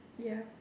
ya